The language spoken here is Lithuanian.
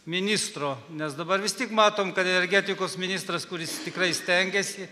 ministro nes dabar vis tiek matom kad energetikos ministras kuris tikrai stengiasi